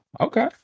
okay